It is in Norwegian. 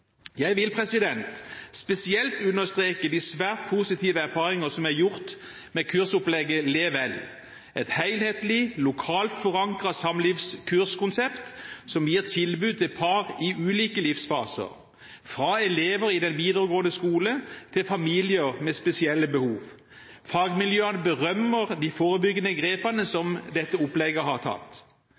Jeg vil spesielt understreke de svært positive erfaringer som er gjort med kursopplegget Level – et helhetlig, lokalt forankret samlivskurskonsept som gir tilbud til par i ulike livsfaser, fra elever i den videregående skole til familier med spesielle behov. Fagmiljøene berømmer de forebyggende grepene som dette opplegget har tatt.